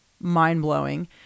mind-blowing